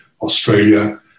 Australia